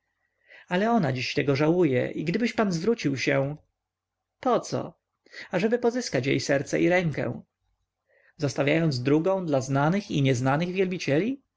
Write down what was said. ale ona dziś tego żałuje i gdybyś pan zwrócił się poco ażeby pozyskać jej serce i rękę zostawiając drugą dla znanych i nieznanych wielbicieli